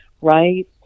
right